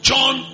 John